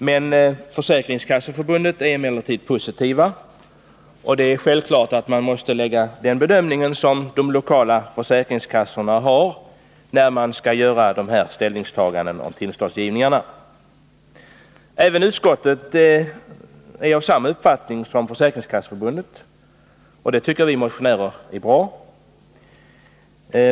Men Försäkringskasseförbundet är positivt, och det är självklart att man måste ta hänsyn till den bedömning som de lokala försäkringskassorna har när man skall göra ställningstaganden vid tillståndsgivningen. Utskottet är av samma uppfattning som Försäkringskasseförbundet, och det tycker vi motionärer är bra.